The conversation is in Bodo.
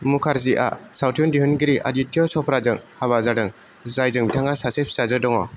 मुखार्जीआ सावथुन दिहुनगिरि आदित्य च'पड़ाजों हाबा जादों जायजों बिथांहा सासे फिसाजो दङ